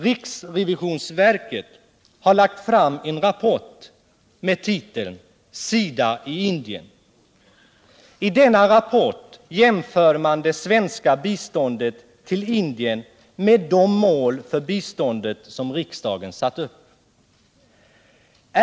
Riksrevisionsverket har lagt fram en rapport med titeln SIDA i Indien. I denna rapport jämför man det svenska biståndet till Indien med de mål för biståndet som riksdagen satt upp.